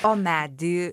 o medį